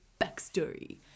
backstory